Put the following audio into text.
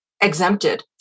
exempted